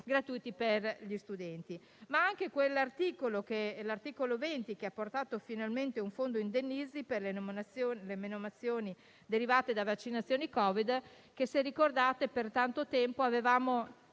gratuiti per gli studenti. Penso anche all'articolo 20 che ha finalmente istituito un fondo indennizzi per le menomazioni derivate da vaccinazioni Covid che - se ricordate - per tanto tempo avevamo